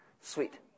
Sweet